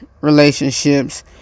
relationships